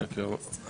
יאסר חוג'יראת (רע"מ,